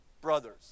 brothers